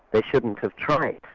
they shouldn't have tried